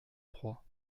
trois